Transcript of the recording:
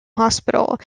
hospital